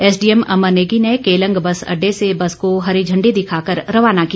SDM Amar Negi ने Keylong bus अड्डे से बस को हरी इंडी दिखाकर रवाना किया